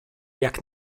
jak